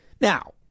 Now